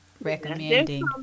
recommending